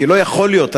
כי לא יכול להיות,